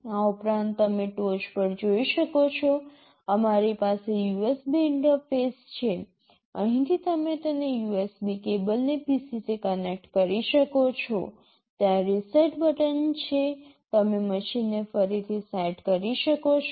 આ ઉપરાંત તમે ટોચ પર જોઈ શકો છો અમારી પાસે USB ઇન્ટરફેસ છે અહીંથી તમે તેને USB કેબલને PC થી કનેક્ટ કરી શકો છો ત્યાં રીસેટ બટન છે તમે મશીનને ફરીથી સેટ કરી શકો છો